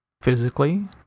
physically